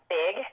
big